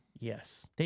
Yes